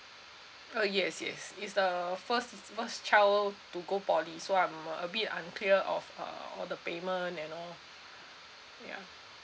uh yes yes he's the first first child to go poly so I'm a bit unclear of uh all the payment and all ya